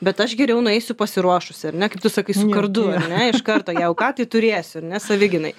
bet aš geriau nueisiu pasiruošusi ar ne kaip tu sakai su kardu ar ne iš karto jeigu ką tai turėsiu ar ne savigynai